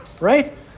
Right